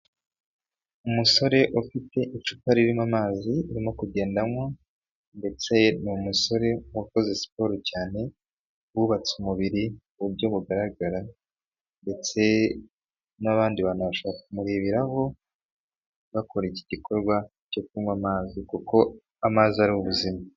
Umusore ufite icupa ririmo amazi arimo kugenda anywa ndetse ni umusore wakoze siporo cyane, wubatse umubiri ku buryo bugaragara ndetse n’abandi bantu bashobora kumureberaho, bakora iki gikorwa cyo kunywa amazi kuko amazi ari ubuzima.